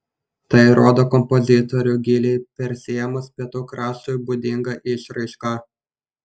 tai rodo kompozitorių giliai persiėmus pietų kraštui būdinga išraiška